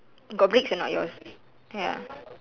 got bricks or not yours ya